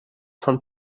von